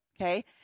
okay